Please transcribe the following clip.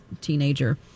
teenager